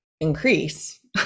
increase